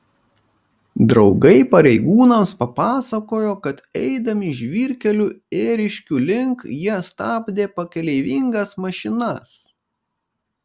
draugai pareigūnams papasakojo kad eidami žvyrkeliu ėriškių link jie stabdė pakeleivingas mašinas